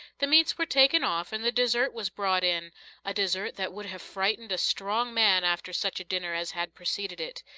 the meats were taken off and the dessert was brought in a dessert that would have frightened a strong man after such a dinner as had preceded it.